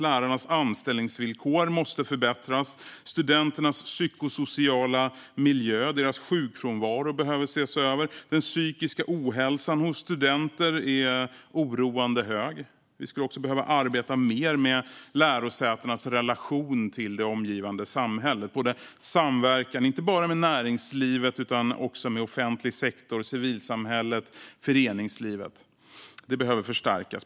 Till exempel måste lärarnas anställningsvillkor förbättras. Studenternas psykosociala miljö och deras sjukfrånvaro behöver ses över. Den psykiska ohälsan hos studenter är oroande hög. Vi skulle också behöva arbeta mer med lärosätenas relation till det omgivande samhället. Till exempel behöver samverkan inte bara med näringslivet utan även med offentlig sektor, civilsamhälle och föreningslivet förstärkas.